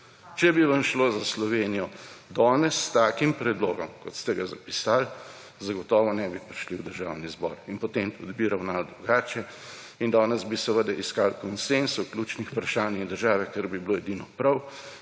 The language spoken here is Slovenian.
Če bi vam šlo za Slovenijo, danes s takim predlogom, kot ste ga zapisali, zagotovo ne bi prišli v Državni zbor in potem bi ravnali drugače in danes bi seveda iskali konsenz o ključnih vprašanjih države, kar bi bilo edino prav,